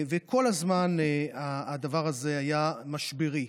וכל הזמן הדבר הזה היה משברי.